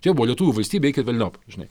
čia buvo lietuvių valstybė eikit velniop žinai